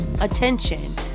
attention